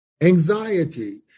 Anxiety